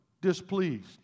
displeased